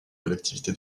collectivités